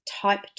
type